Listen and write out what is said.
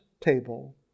table